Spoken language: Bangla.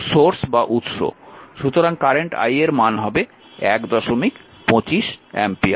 সুতরাং কারেন্ট i এর মান হবে 125 অ্যাম্পিয়ার